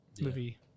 movie